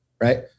Right